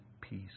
peace